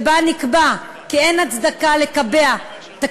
שבה נקבע כי אין הצדקה לקבע את